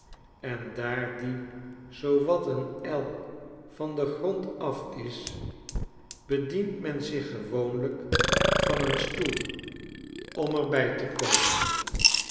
en daar die zoo wat een el van den grond af is bedient men zich gewoonlijk van een stoel om er bij te komen